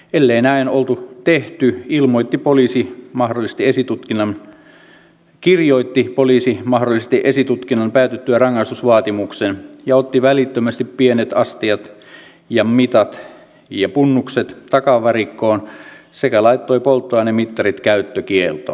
ellei näin ollut tehty kirjoitti poliisi mahdollisesti esitutkinnan päätyttyä rangaistusvaatimuksen ja otti välittömästi pienet astiat mitat ja punnukset takavarikkoon sekä laittoi polttoainemittarit käyttökieltoon